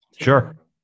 Sure